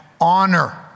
honor